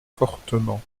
fortement